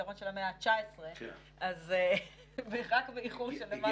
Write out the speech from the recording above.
פתרון של המאה ה-19 כך שאנחנו באיחור גדול.